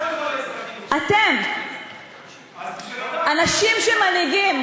אתם אנשים שמנהיגים,